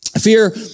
Fear